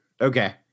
Okay